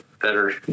better